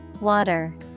Water